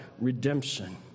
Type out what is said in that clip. redemption